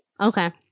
okay